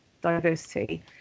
diversity